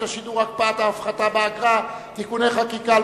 השידור (הקפאת ההפחתה באגרה) (תיקוני חקיקה),